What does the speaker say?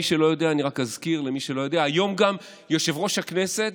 אני רק אזכיר למי שלא יודע שהיום גם יושב-ראש הכנסת,